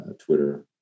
Twitter